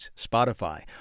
Spotify